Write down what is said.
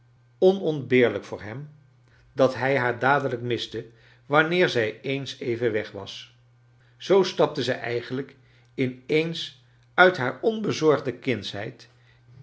onontbeerlijk voor hem dat hij haar dadelrjk miste wanneer zij eens even weg was zoo stapte zij eigenlijk in eens uit haar onbezorgde kindsheid